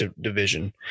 division